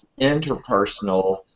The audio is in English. interpersonal